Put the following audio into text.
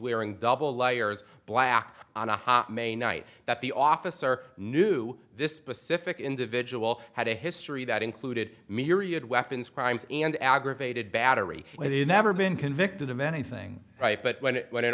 wearing double layer as black on a hot may night that the officer knew this specific individual had a history that included myriad weapons crimes and aggravated battery and it is never been convicted of anything right but when when